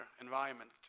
environment